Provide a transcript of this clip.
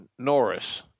Norris